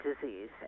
disease